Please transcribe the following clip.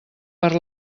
per